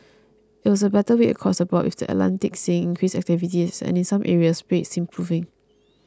it was a better week across the board with the Atlantic seeing increased activity and in some areas rates improving